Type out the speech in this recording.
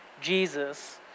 Jesus